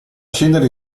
scendere